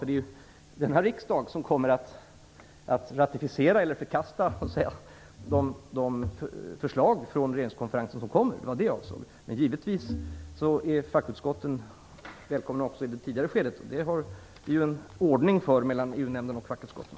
Det är ju denna riksdag som kommer att ratificera eller förkasta de förslag som kommer från regeringskonferensen. Det var det jag avsåg. Men givetvis är fackutskotten välkomna också i det tidigare skedet. Det finns det ju en ordning för mellan EU-nämnden och fackutskotten.